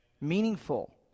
Meaningful